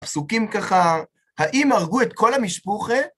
הפסוקים ככה, האם הרגו את כל המשפוחה?